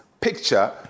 picture